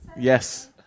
Yes